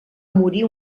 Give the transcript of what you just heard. morir